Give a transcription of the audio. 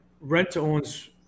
rent-to-owns